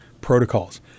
protocols